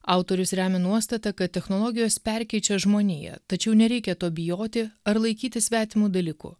autorius remia nuostatą kad technologijos perkeičia žmoniją tačiau nereikia to bijoti ar laikyti svetimu dalyku